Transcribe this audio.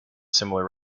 similar